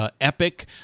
epic